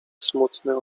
smutny